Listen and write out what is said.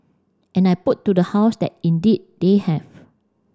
and I put to the House that indeed they have